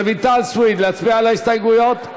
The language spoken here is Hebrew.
רויטל סויד, להצביע על ההסתייגויות?